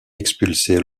expulsés